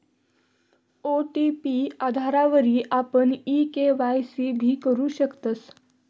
OTP आधारवरी आपण ई के.वाय.सी भी करु शकतस